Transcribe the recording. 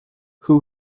who